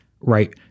right